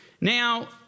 Now